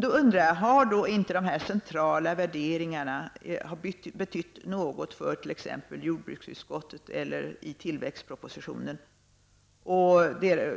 Jag undrar om inte de centrala värderingarna betytt något beträffande t.ex. jordbruksutskottet eller tilläggspropositionen,